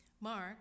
Mark